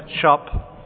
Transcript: shop